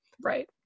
Right